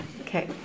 Okay